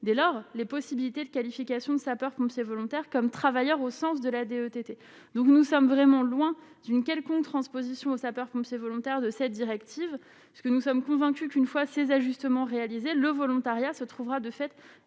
dès lors, les possibilités de qualification sapeur-pompier volontaire comme travailleur au sens de l'ADE tt, donc nous sommes vraiment loin d'une quelconque transposition aux sapeurs-pompiers volontaires de cette directive, ce que nous sommes convaincus qu'une fois ces ajustement réalisé le volontariat se trouvera de fait